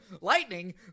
Lightning